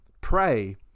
pray